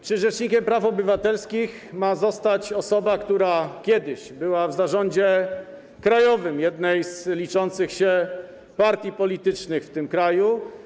Czy rzecznikiem praw obywatelskich ma zostać osoba, która kiedyś była w zarządzie krajowym jednej z liczących się partii politycznych w tym kraju.